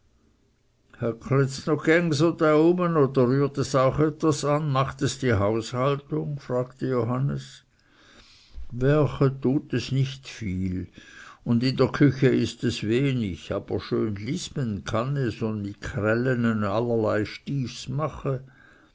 geng so da ume oder rührt es auch etwas an macht es die haushaltung fragte johannes werche tut es nicht viel und in der küche ist es wenig aber schön lismen kann es und mit krällene allerlei styfs